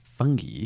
Fungi